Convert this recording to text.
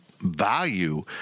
value